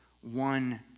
one